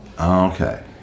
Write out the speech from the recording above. okay